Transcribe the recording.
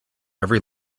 every